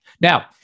Now